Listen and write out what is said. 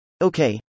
okay